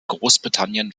großbritannien